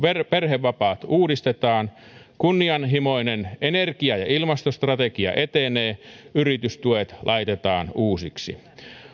perhevapaat uudistetaan kunnianhimoinen energia ja ilmastostrategia etenee yritystuet laitetaan uusiksi